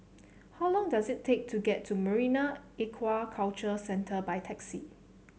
how long does it take to get to Marine Aquaculture Centre by taxi